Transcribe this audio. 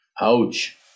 ouch